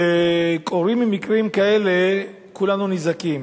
כשקורים מקרים כאלה כולנו נזעקים